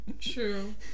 True